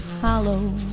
hollow